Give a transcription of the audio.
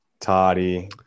toddy